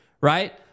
right